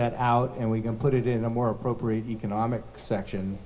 that out and we can put it in a more appropriate economic section